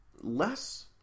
less